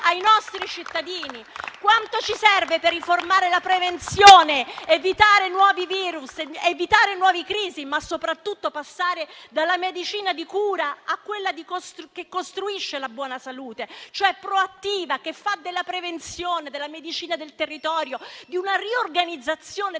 ai nostri cittadini. Quanto ci serve per riformare la prevenzione, evitare nuovi *virus*, nuove crisi, ma soprattutto passare dalla medicina di cura a quella che costruisce la buona salute, cioè proattiva, che fa della prevenzione, della medicina del territorio, di una riorganizzazione dei